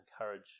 encourage